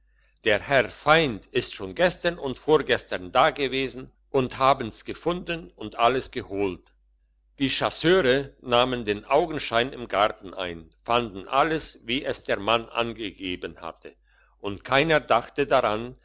der herr feind ist schon gestern und vorgestern dagewesen und haben's gefunden und alles geholt die chasseure nahmen den augenschein im garten ein fanden alles wie es der mann angegeben hatte und keiner dachte daran